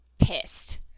pissed